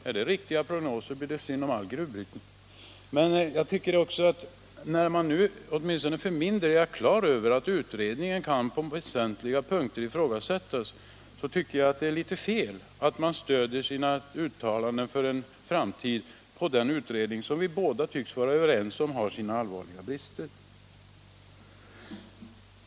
Om de är riktiga blir det synd om all gruvbrytning. Men åtminstone för min del är jag klar över att utredningen på väsentliga punkter kan ifrågasättas. Då tycker jag att det är litet fel att stödja sina uttalanden för framtiden på den utredning som vi båda tycks vara ense om har sina allvarliga brister.